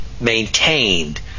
maintained